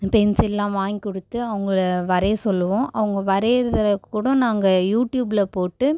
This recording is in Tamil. பென்சில்லாம் வாங்கிக்கொடுத்து அவங்கள வரைய சொல்லுவோம் அவங்க வரையறத கூட நாங்கள் யூடியூபில் போட்டு